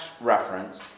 reference